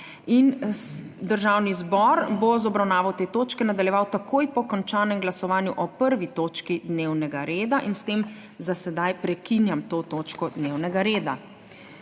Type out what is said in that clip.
Državni zbor bo z obravnavo te točke nadaljeval takoj po končanem glasovanju o 1. točki dnevnega reda. S tem za zdaj prekinjam to točko dnevnega reda.